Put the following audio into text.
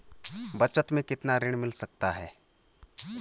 बचत मैं कितना ऋण मिल सकता है?